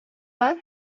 var